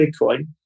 Bitcoin